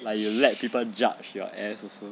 like you let people judge your ass also